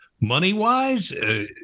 money-wise